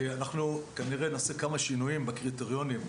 אנחנו כנראה נעשה כמה שינויים בקריטריונים,